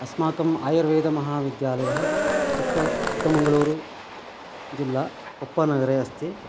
अस्माकम् आयुर्वेदमहाविद्यालयः चिक्कळ् चिक्कमङ्गळूरु जिल्ला कोप्पनगरे अस्ति